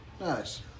Nice